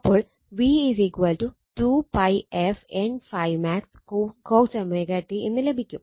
അപ്പോൾ v 2 𝜋 f N ∅max cos എന്ന് ലഭിക്കും